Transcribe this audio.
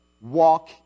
walk